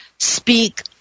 Speak